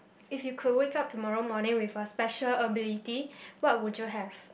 if you could wake up tomorrow morning with a special ability what would you have